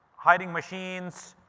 hiring machines,